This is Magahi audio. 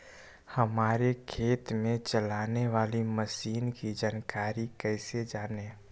हमारे खेत में चलाने वाली मशीन की जानकारी कैसे जाने?